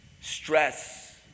Stress